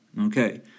Okay